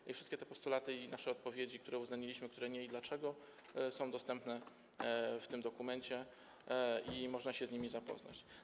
I wszystkie te postulaty i nasze odpowiedzi, które postulaty uwzględniliśmy, a których nie i dlaczego, są dostępne w tym dokumencie i można się z nimi zapoznać.